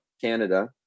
canada